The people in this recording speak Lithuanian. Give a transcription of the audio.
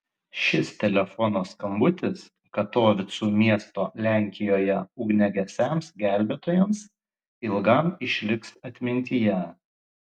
šis telefono skambutis katovicų miesto lenkijoje ugniagesiams gelbėtojams ilgam išliks atmintyje